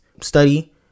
study